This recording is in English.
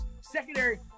secondary